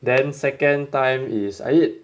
then second time is I eat